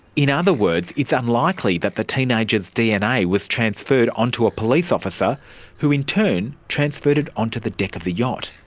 in other words, it's unlikely that the teenager's dna was transferred onto a police officer who in turn transferred it onto the deck of the yacht.